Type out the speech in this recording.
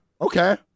Okay